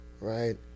right